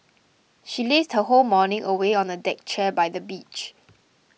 she lazed her whole morning away on a deck chair by the beach